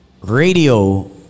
radio